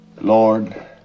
Lord